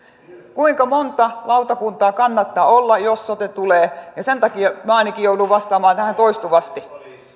kuinka monta lautakuntaa kannattaa olla jos sote tulee sen takia minä ainakin joudun vastaamaan tähän toistuvasti